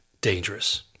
dangerous